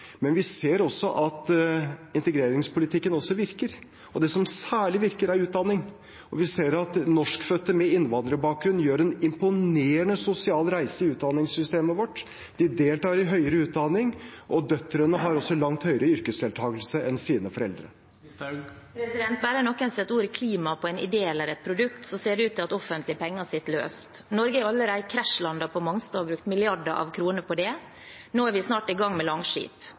men vi ser også at integreringspolitikken virker. Det som særlig virker, er utdanning. Vi ser at norskfødte med innvandrerbakgrunn gjør en imponerende sosial reise i utdanningssystemet vårt. De deltar i høyere utdanning, og døtrene har en langt høyere yrkesdeltakelse enn sine foreldre. Sylvi Listhaug – til oppfølgingsspørsmål. Bare noen setter ordet «klima» på en idé eller et produkt, ser det ut til at offentlige penger sitter løst. Norge har allerede krasjlandet på Mongstad og brukt mange milliarder kroner på det. Nå er vi snart i gang med